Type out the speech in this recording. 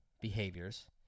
behaviors